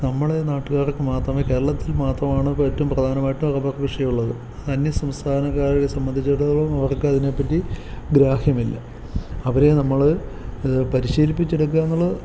നമ്മളെ നാട്ടുകാർക്ക് മാത്രമേ കേരളത്തിൽ മാത്രമാണ് ഇപ്പോൾ ഏറ്റവും പ്രധാനമായിട്ടും റബ്ബർ കൃഷിയുള്ളത് അന്യ സംസ്ഥനക്കാരെ സംബന്ധിച്ചിടത്തോളം അവർക്കതിനെപ്പറ്റി ഗ്രാഹ്യമില്ല അവരെ നമ്മൾ ഇത് പരിശീലിപ്പിച്ചെടുക്കുകയെന്നുള്ളത്